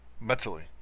Mentally